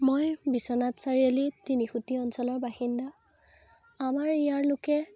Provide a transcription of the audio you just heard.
মই বিশ্বনাথ চাৰিআলি তিনিখুটি অঞ্চলৰ বাসিন্দা আমাৰ ইয়াৰ লোকে